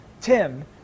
tim